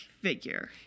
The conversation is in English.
figure